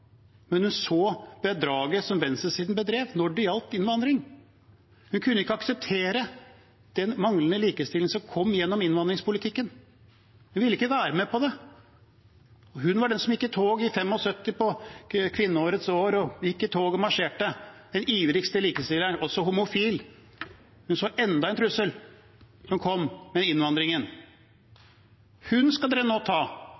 Men hun så bedraget som venstresiden bedrev når det gjaldt innvandring. Hun kunne ikke akseptere den manglende likestillingen som kom gjennom innvandringspolitikken. Hun ville ikke være med på det. Hun var den som marsjerte i tog 1975, i kvinneåret, den ivrigste for likestilling, og også homofil. Hun så enda en trussel som kom med innvandringen. Henne skal de nå ta, henne personlig, for 1,8 mill. kr, er det viktig for representanten Aukrust å ta